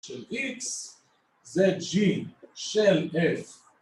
‫של X, ZG, של F.